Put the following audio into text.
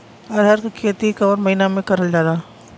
अरहर क खेती कवन महिना मे करल जाला?